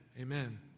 amen